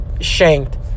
shanked